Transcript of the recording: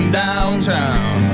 downtown